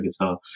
guitar